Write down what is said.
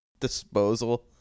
disposal